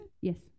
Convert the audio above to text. Yes